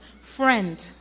friend